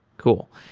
cool.